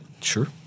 sure